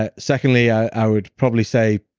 ah secondly, i would probably say,